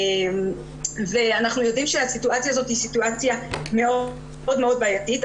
אנחנו יודעים שהסיטואציה הזאת היא סיטואציה מאוד בעייתית.